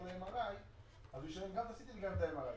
ל-MRI הוא ישלם גם את ה-CT וגם את ה-MRI.